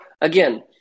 again